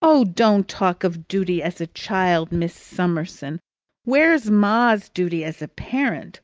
oh! don't talk of duty as a child, miss summerson where's ma's duty as a parent?